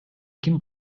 ким